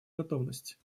готовность